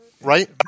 right